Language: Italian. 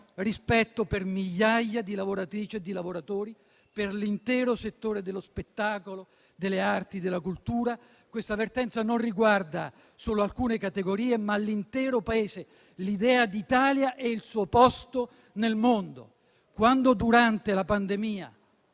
rispetto per migliaia di lavoratrici e di lavoratori, per l'intero settore dello spettacolo, delle arti, della cultura. Questa vertenza non riguarda solo alcune categorie, ma l'intero Paese, l'idea d'Italia e il suo posto nel mondo. Durante la pandemia,